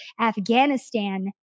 Afghanistan